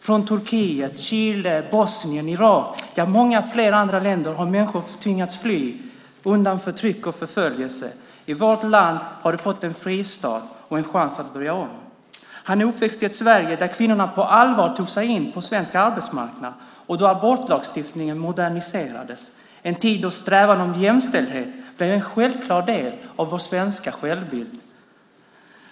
Från Turkiet, Chile, Bosnien, Irak och många andra länder har människor tvingats fly undan förtryck och förföljelse. I vårt land har de fått en fristad och en chans att börja om. Han är uppväxt i ett Sverige där kvinnorna på allvar tog sig in på arbetsmarknaden och då abortlagstiftningen moderniserades - en tid då strävan efter jämställdhet blev en självklar del av vår svenska självbild.